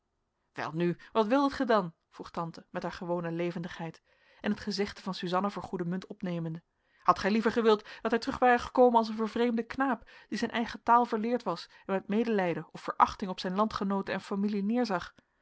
welnu wat wildet gij dan vroeg tante met haar gewone levendigheid en het gezegde van suzanna voor goede munt opnemende hadt gij liever gewild dat hij terug ware gekomen als een vervreemde knaap die zijn eigen taal verleerd was en met medelijden of verachting op zijn landgenooten en familie neerzag